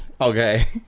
Okay